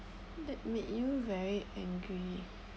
that made you very angry